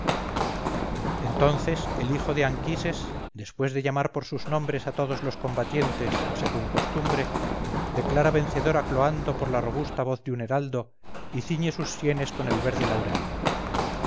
entonces el hijo de anquises después de llamar por sus nombres a todos los combatientes según costumbre declara vencedor a cloanto por la robusta voz de un heraldo y ciñe sus sienes con el verde laurel